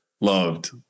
loved